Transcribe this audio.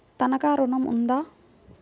తనఖా ఋణం ఉందా?